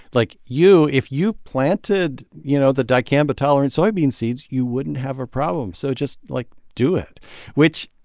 like, you if you planted, you know, the dicamba-tolerant soybean seeds, you wouldn't have a problem, so just, like, do it which,